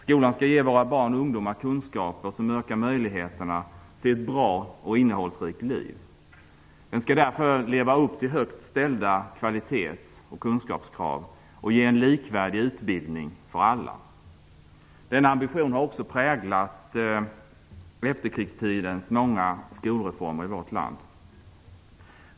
Skolan skall ge våra barn och ungdomar kunskaper som ökar möjligheterna till ett bra och innehållsrikt liv. Den skall därför leva upp till högt ställda kvalitets och kunskapskrav och ge en likvärdig utbildning för alla. Denna ambition har också präglat efterkrigstidens många skolreformer i vårt land.